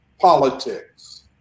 politics